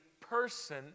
person